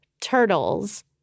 turtles